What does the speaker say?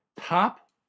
Top